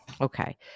Okay